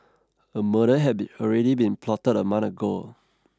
a murder had be already been plotted a month ago